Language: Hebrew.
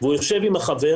והוא לבד עם החבר.